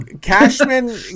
Cashman